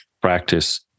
practice